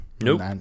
Nope